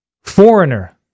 foreigner